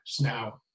now